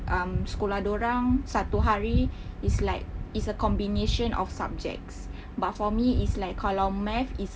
um sekolah dia orang satu hari is like is combination of subjects but for me is like kalau math is